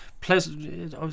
pleasant